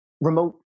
remote